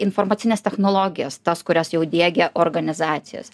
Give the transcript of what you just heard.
informacines technologijas tas kurias jau diegia organizacijos